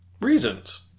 Reasons